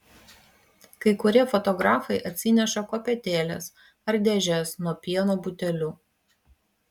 kai kurie fotografai atsineša kopėtėles ar dėžes nuo pieno butelių